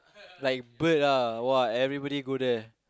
like bird ah !wah! everybody go there